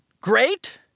great